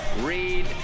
Read